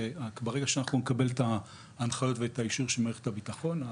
שברגע שאנחנו נקבל את ההנחיות ואת האישור של מערכת הביטחון,